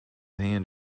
hand